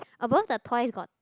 above the toys got